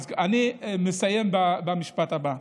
אז אני מסיים במשפט הבא: